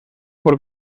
por